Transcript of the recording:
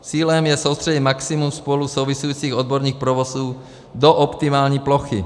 Cílem je soustředit maximum spolu souvisejících odborných provozů do optimální plochy.